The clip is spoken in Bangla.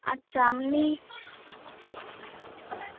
আচ্ছা আপনি